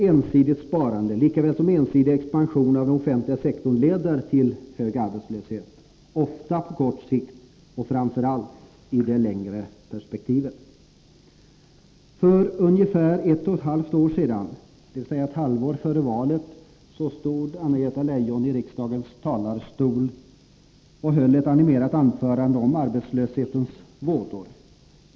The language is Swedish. Ensidigt sparande lika väl som ensidig expansion av den offentliga sektorn leder till hög arbetslöshet — ofta redan på kort sikt och framför allt i det längre perspektivet. För ungefär ett och ett halvt år sedan, dvs. ett halvår före valet, stod Anna-Greta Leijon i riksdagens talarstol och höll ett animerat anförande om arbetslöshetens vådor.